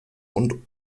und